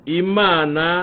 imana